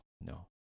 no